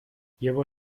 llevo